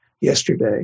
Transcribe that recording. yesterday